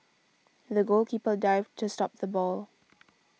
the goalkeeper dived to stop the ball